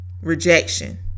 rejection